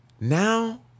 now